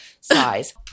size